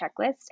checklist